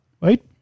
Right